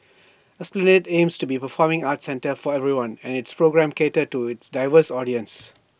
esplanade aims to be A performing arts centre for everyone and its programmes cater to its diverse audiences